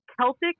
Celtic